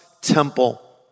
temple